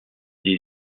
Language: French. des